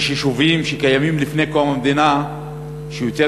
יש יישובים שקיימים מלפני קום המדינה ויותר